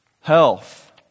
Health